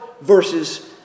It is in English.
versus